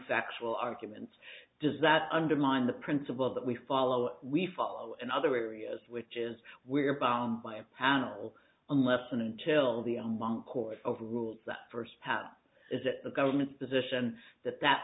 factual arguments does that undermine the principle that we follow or we follow in other areas which is we're bound by a panel unless and until the among court overrules that first pat is that the government's position that that